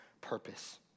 purpose